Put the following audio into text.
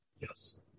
Yes